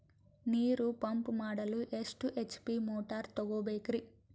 ನೀರು ಪಂಪ್ ಮಾಡಲು ಎಷ್ಟು ಎಚ್.ಪಿ ಮೋಟಾರ್ ತಗೊಬೇಕ್ರಿ?